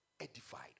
edified